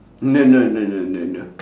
no no no no no no